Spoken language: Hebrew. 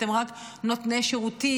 אתם רק נותני שירותים,